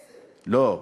10, 10. לא.